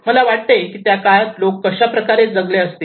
मला वाटते की त्या काळात लोक कशाप्रकारे जगले असतील